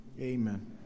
amen